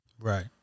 Right